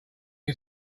you